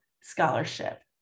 Scholarship